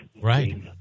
Right